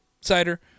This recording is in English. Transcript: cider